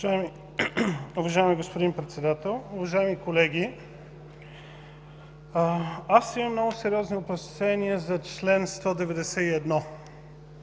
Уважаеми господин Председател, уважаеми колеги! Имам много сериозни опасения за чл. 191